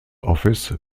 office